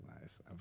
nice